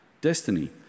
destiny